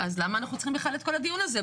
אז למה אנחנו צריכים בכלל את כל הדיון הזה?